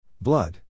Blood